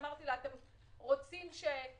יכול להיות, הכסף עומד שבועיים וחצי.